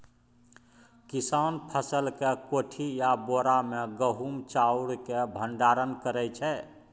किसान फसल केँ कोठी या बोरा मे गहुम चाउर केँ भंडारण करै छै